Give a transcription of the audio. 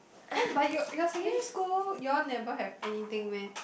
!huh! but your your secondary school you all never had anything meh